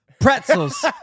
Pretzels